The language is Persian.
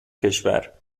کشور